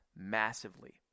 Massively